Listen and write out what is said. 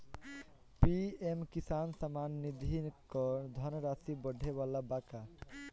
PM Kisan Samman Nidhi क धनराशि बढ़े वाला बा का?